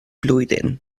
blwyddyn